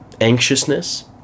anxiousness